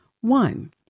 One